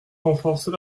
renforcer